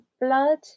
blood